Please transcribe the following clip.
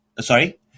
Sorry